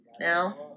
now